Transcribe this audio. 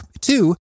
two